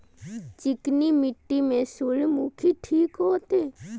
चिकनी मिट्टी में सूर्यमुखी ठीक होते?